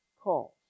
calls